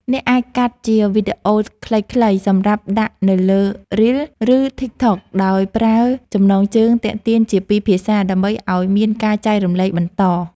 អ្នកអាចកាត់ជាវីឌីអូខ្លីៗសម្រាប់ដាក់នៅលើរាល ឬតីកតុកដោយប្រើចំណងជើងទាក់ទាញជាពីរភាសាដើម្បីឱ្យមានការចែករំលែកបន្ត។